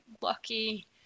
lucky